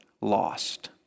lost